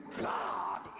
God